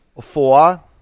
four